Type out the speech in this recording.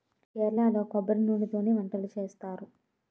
కేరళలో కొబ్బరి నూనెతోనే వంటలు చేస్తారు